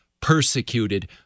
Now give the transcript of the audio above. persecuted